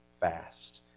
fast